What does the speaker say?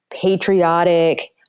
patriotic